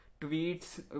tweets